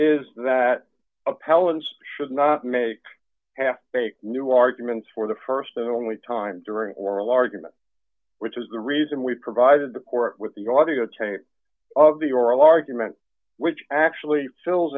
appellant should not make half baked new arguments for the st and only time during oral argument which is the reason we provided the court with the audiotape of the oral argument which actually fills